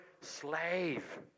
slave